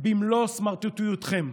במלוא סמרטוטיותכם.